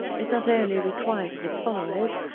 it not only requires of its followers,